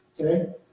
Okay